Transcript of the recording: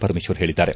ಪರಮೇಶ್ವರ್ ಹೇಳಿದ್ದಾರೆ